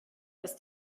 ist